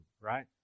Right